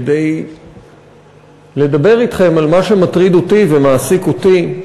כדי לדבר אתכם על מה שמטריד אותי ומעסיק אותי,